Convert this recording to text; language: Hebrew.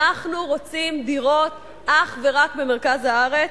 אנחנו רוצים דירות אך ורק במרכז הארץ,